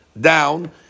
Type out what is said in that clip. down